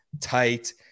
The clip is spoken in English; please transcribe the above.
tight